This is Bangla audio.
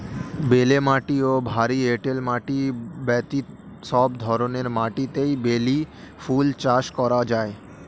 বেলে মাটি ও ভারী এঁটেল মাটি ব্যতীত সব ধরনের মাটিতেই বেলি ফুল চাষ করা যায়